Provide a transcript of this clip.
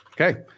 Okay